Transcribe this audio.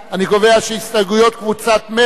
אני קובע שהסתייגות קבוצת מרצ,